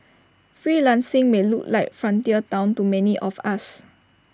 freelancing may look like frontier Town to many of us